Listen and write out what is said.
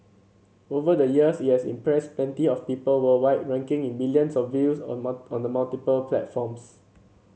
over the years it has impressed plenty of people worldwide raking in millions of views on on the multiple platforms